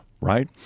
right